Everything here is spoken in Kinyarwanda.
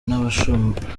n’abashoramari